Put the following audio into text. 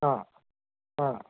ஆ ஆ